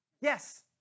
Yes